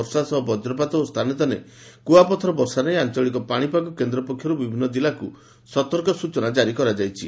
ବର୍ଷା ସହ ବଜ୍ରପାତ ଏବଂ ସ୍ତ୍ରାନେ ସ୍ତାନେ କୁଆପଥର ବର୍ଷା ନେଇ ଆଂଚଳିକ ପାଶିପାଗ କେନ୍ଦ ପକ୍ଷରୁ ବିଭିନୁ ଜିଲ୍ଲାକୁ ସତର୍କ ସ୍ଚନା କାରୀ କରାଯାଇଛି